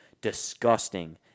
disgusting